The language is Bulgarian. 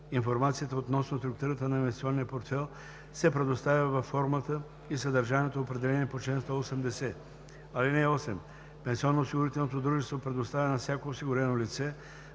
информацията относно структурата на инвестиционния портфейл се предоставя във формата и съдържанието, определени по чл. 180. (8) Пенсионноосигурителното дружество предоставя на всяко осигурено лице